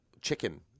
Chicken